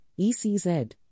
ECZ